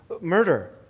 murder